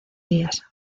días